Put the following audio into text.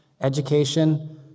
education